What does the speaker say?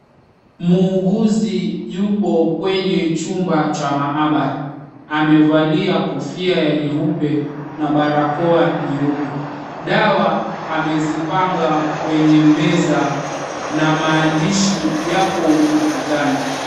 Muuguzi yupo kwenye chumba cha maabara, amevalia kofia ya nyeupe na barakoa nyeupe. Dawa amezipanga kwenye meza na maandishi yapo ukutani.